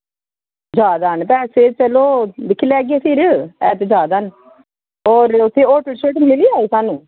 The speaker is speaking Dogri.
जादै न पैसे चलो दिक्खी लैगे फिर पैसे जादा न होर उत्थें होर शिप मिली जाह्ग उत्थें